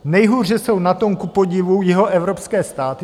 Nejhůře jsou na tom kupodivu jihoevropské státy.